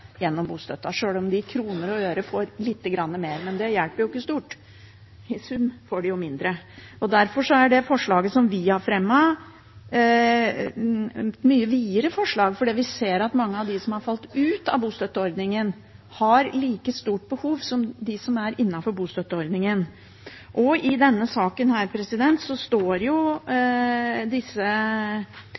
gjennom bostøtten, sjøl om de i kroner og øre får litt mer. Men det hjelper ikke stort. I sum får de jo mindre. Derfor er det forslaget som vi har fremmet, et mye videre forslag, fordi vi ser at mange av dem som har falt ut av bostøtteordningen, har like stort behov som de som er innenfor bostøtteordningen. I denne saken